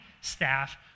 staff